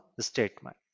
statement